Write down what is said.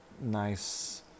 nice